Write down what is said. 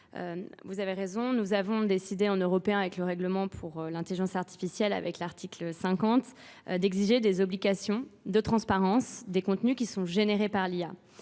Vous avez raison, nous avons décidé en Européen, avec le règlement pour l'intelligence artificielle, avec l'article 50, d'exiger des obligations de transparence des contenus qui sont générés par l'IA.